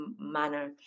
manner